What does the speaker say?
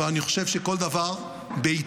אבל אני חושב שכל דבר בעיתו.